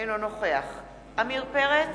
אינו נוכח עמיר פרץ,